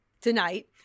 tonight